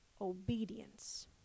obedience